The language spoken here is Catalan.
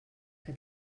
que